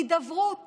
הידברות